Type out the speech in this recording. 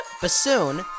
bassoon